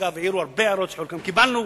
ואגב העירו הרבה הערות, שאת חלקן קיבלנו,